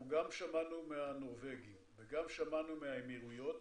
אנחנו גם שמענו מהנורבגים וגם שמענו מהאמירויות.